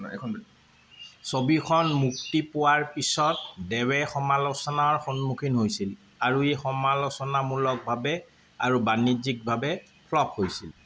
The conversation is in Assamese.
ছবিখন মুক্তি পোৱাৰ পিছত দেৱে সমালোচনাৰ সন্মুখীন হৈছিল আৰু ই সমালোচনামূলকভাৱে আৰু বাণিজ্যিকভাৱে ফ্লপ হৈছিল